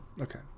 Okay